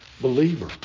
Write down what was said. believer